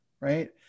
right